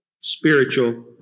spiritual